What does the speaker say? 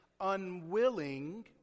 Unwilling